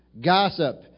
gossip